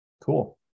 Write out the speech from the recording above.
Cool